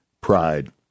pride